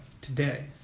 today